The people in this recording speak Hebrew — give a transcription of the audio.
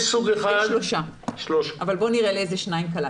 יש שלושה סוגים, אבל בואו נראה לאיזה שניים קלעת.